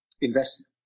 investment